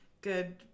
good